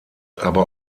aber